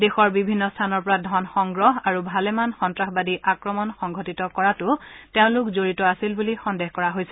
দেশৰ বিভিন্ন স্থানৰ পৰা ধন সংগ্ৰহ আৰু ভালেমান সন্তাসবাদী আক্ৰমণ সংঘটিত কৰাতো তেওঁলোক জড়িত আছিল বুলি সন্দেহ কৰা হৈছে